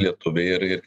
lietuviai ir ir